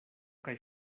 kaj